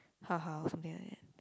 haha or something like that